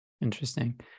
Interesting